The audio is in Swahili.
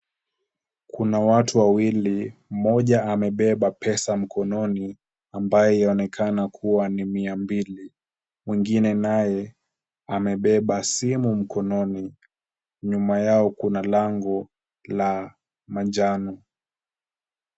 Kuna watu wawili, mmoja amebeba pesa mkononi ambayo yaonekana kuwa ni mia mbili .Mwingine naye amebeba simu mkononi. Nyuma Yao Kuna lango la manjano.